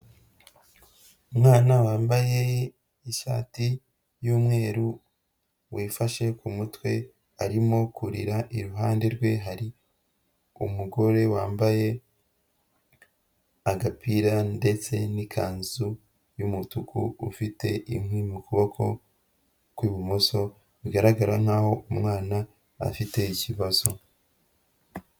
Umwana wambaye ishati y'umweru wifashe ku mutwe arimo kurira, iruhande rwe hari umugore wambaye agapira ndetse n'ikanzu y'umutuku ufite inkwi mu kuboko kw'ibumoso bigaragara nkaho umwana afite ikibazo.